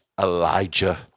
Elijah